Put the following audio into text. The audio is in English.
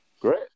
great